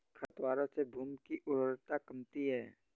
खरपतवारों से भूमि की उर्वरता कमती है